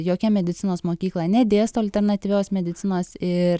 jokia medicinos mokykla nedėsto alternatyvios medicinos ir